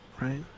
right